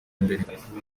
mbere